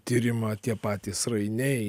tyrimą tie patys rainiai